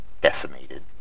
decimated